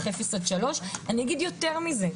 0-3. אני אגיד יותר מזה,